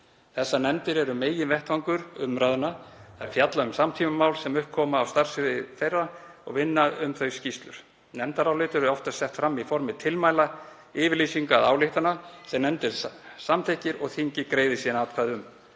Þessar nefndir eru meginvettvangur umræðna, þær fjalla um samtímamál sem upp koma á starfssviði þeirra og vinna um þau skýrslur. Nefndarálit eru oftast sett fram í formi tilmæla, yfirlýsinga eða ályktana sem nefndin samþykkir og þingið greiðir síðan atkvæði um.